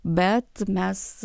bet mes